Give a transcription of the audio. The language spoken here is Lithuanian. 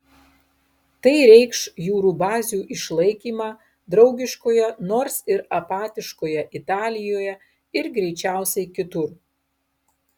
tai reikš jūrų bazių išlaikymą draugiškoje nors ir apatiškoje italijoje ir greičiausiai kitur